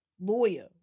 Lawyer